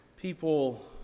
people